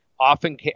Often